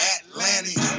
Atlantic